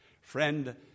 Friend